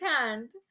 hand